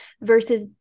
versus